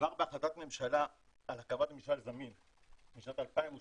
כבר בהחלטת ממשלה על הקמת ממשל זמין בשנת 2002